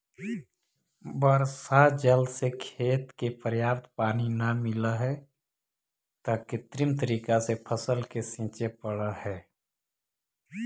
वर्षा जल से खेत के पर्याप्त पानी न मिलऽ हइ, त कृत्रिम तरीका से फसल के सींचे पड़ऽ हइ